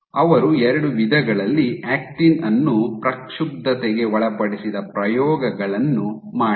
ಅವರು ಎರಡು ವಿಧಗಳಲ್ಲಿ ಆಕ್ಟಿನ್ ಅನ್ನು ಪ್ರಕ್ಷುಬ್ದತಗೆ ಒಳಪಡಿಸಿದ ಪ್ರಯೋಗಗಳನ್ನು ಮಾಡಿದರು